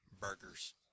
burgers